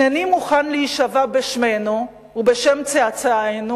הנני מוכן להישבע בשמנו ובשם צאצאינו"